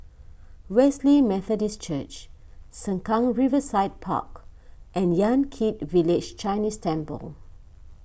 Wesley Methodist Church Sengkang Riverside Park and Yan Kit Village Chinese Temple